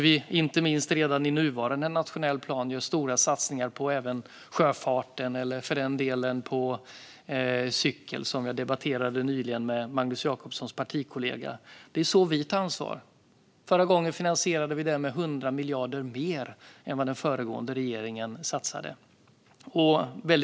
Vi gör redan i nuvarande nationell plan stora satsningar även på sjöfart eller för den delen på cykel, som jag nyss debatterade med Magnus Jacobssons partikollega. Det är så vi tar ansvar. Förra gången finansierade vi det med 100 miljarder mer än den föregående regeringen satsade.